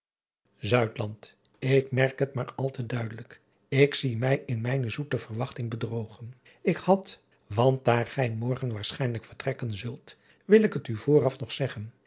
k merk het maar al te duidelijk ik zie mij in mijne zoete verwachting bedrogen k had want daar gij morgen waarschijnlijk vertrekken zult wil ik het u vooraf nog zeggen